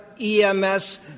EMS